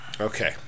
Okay